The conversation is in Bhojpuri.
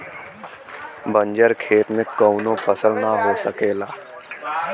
बंजर खेत में कउनो फसल ना हो सकेला